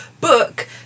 book